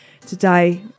Today